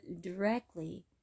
directly